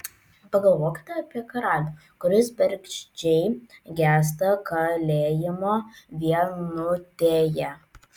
pagalvokite apie karalių kuris bergždžiai gęsta kalėjimo vienutėje